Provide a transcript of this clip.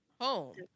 home